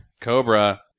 Cobra